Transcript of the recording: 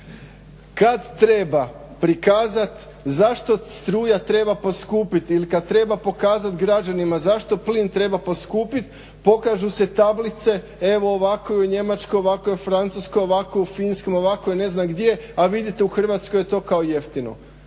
Kad treba prikazat zašto struja treba poskupit ili kad treba pokazat građanima zašto plin treba poskupit pokažu se tablice evo ovako je u Njemačkoj, ovako u Francuskoj, ovako u Finskoj, ovako je ne znam gdje, a vidite u Hrvatskoj je to kao jeftino.